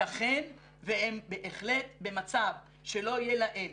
יתכן והם בהחלט במצב שלא יהיה להם